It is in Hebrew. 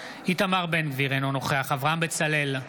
איתמר בן גביר, אינו נוכח אברהם בצלאל,